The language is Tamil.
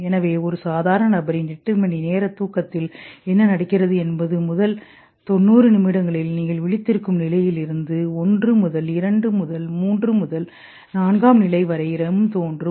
எனவே ஒரு சாதாரண நபரின் 8 மணி நேர தூக்கத்தில் என்ன நடக்கிறது என்பது முதல் 90 நிமிடங்களில் நீங்கள் விழித்திருக்கும் நிலையில் இருந்து 1 முதல் 2 முதல் 3 முதல் நான்காம் நிலை வரை REM தோன்றும்